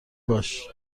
باش